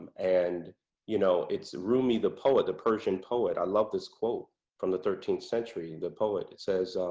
and you know, it's rumi, the poet, the persian poet, i love this quote from the thirteenth century, the poet, it says